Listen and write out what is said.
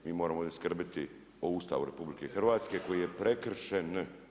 Mi moramo ovdje skrbiti o Ustavu RH, koji je prekršen.